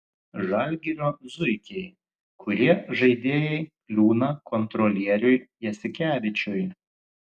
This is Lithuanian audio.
žalgirio zuikiai kurie žaidėjai kliūna kontrolieriui jasikevičiui